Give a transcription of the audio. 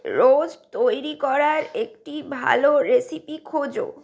roast তৈরি করার একটি ভালো রেসিপি খোঁজো